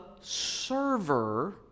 server